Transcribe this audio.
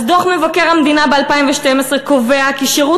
אז דוח מבקר המדינה ב-2012 קובע כי שירות